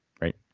right